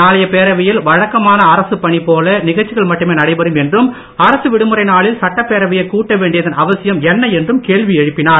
நாளைய பேரவையில் வழக்கமான அரசுப் பணி போல நிகழ்ச்சிகள் மட்டுமே நடைபெறும் என்றும் அரசு விடுமுறை நாளில் சட்டப்பேரவையைக் கூட்ட வேண்டியதன் அவசியம் என்ன என்றும் கேள்வி எழுப்பினார்